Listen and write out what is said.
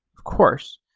of course.